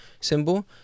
symbol